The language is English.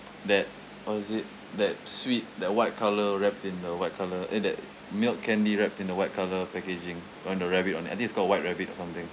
that what is it that sweet that white colour wrapped in a white colour eh that milk candy wrapped in a white colour packaging on the rabbit on I think it's got white rabbit or something